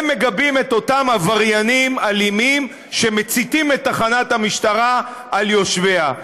הם מגבים את אותם עבריינים אלימים שמציתים את תחנת המשטרה על יושביה.